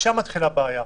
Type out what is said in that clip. שם מתחילה הבעיה.